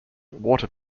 water